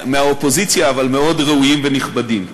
מהאופוזיציה, אבל מאוד ראויים ונכבדים.